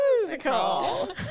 musical